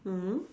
mm